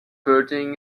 building